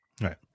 Right